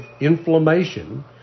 inflammation